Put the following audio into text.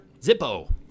Zippo